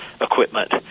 equipment